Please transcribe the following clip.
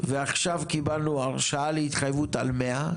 ועכשיו קיבלנו הרשאה להתחייבות על 100,